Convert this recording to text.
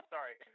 Sorry